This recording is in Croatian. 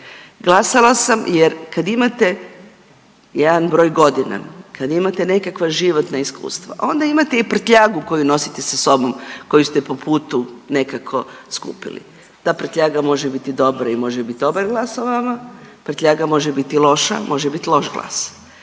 Glasala sam jer kad imate jedan broj godina, kad imate nekakva životna iskustva, onda imate i prtljagu koju nosite sa sobom koju ste po putu nekako skupili. Ta prtljaga može biti dobra i može biti dobar glas o vama, prtljaga može biti loša, može biti loš glas.